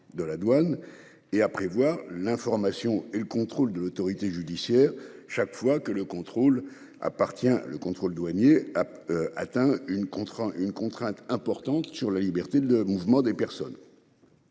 de la douane et à prévoir l'information et le contrôle de l'autorité judiciaire. Chaque fois que le contrôle appartient le contrôle douanier a atteint une contraint une contrainte importante sur la liberté de mouvement des personnes.